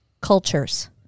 cultures